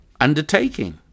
undertaking